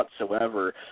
whatsoever